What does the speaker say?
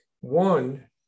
One